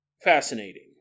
fascinating